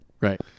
Right